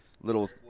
little